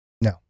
No